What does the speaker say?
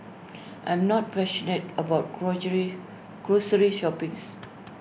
I am not passionate about grocery shopping's